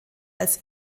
als